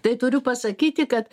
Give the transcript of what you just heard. tai turiu pasakyti kad